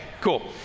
cool